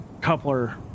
coupler